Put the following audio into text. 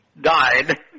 died